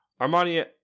Armani